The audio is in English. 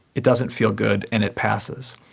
it doesn't feel good and it passes.